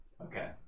Okay